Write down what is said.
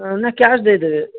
ଏ ନା କ୍ୟାସ୍ ଦେଇଦେବେ